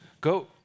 Go